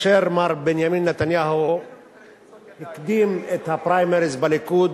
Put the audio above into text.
כאשר מר בנימין נתניהו הקדים את הפריימריז בליכוד,